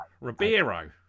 Ribeiro